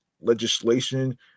legislation